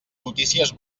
notícies